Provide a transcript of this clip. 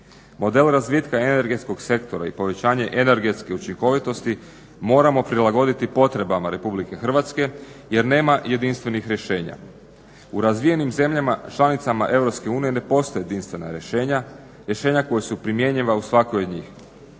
Model razvitka energetskog sektora i povećanje energetske učinkovitosti moramo prilagoditi potrebama RH jer nema jedinstvenih rješenja. U razvijenim zemljama članicama EU ne postoje jedinstvena rješenja, rješenja koja su primjenjiva u svakoj od njih.